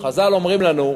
חז"ל אומרים לנו: